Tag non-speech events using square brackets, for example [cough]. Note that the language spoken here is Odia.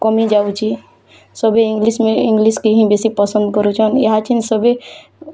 କମିଯାଉଛି ସଭିଏଁ ଇଂଲିଶ୍ ଇଂଲିଶ୍ କି ହିଁ ପସନ୍ଦ୍ କରୁଛନ୍ ଏହା [unintelligible] ସଭିଏଁ